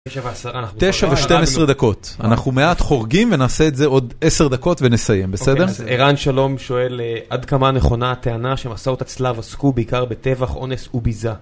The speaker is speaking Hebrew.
תשע ושתים עשרה דקות, אנחנו מעט חורגים ונעשה את זה עוד עשר דקות ונסיים, בסדר? ערן שלום שואל "עד כמה נכונה הטענה שמסעות הצלב עסקו בעיקר בטבח, אונס וביזה?"